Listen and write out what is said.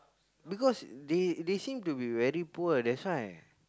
because they they seem to be very poor that's why